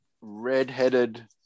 red-headed